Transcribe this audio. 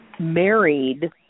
married